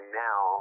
now